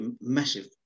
massive